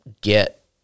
get